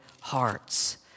hearts